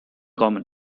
common